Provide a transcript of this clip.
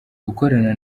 gukorana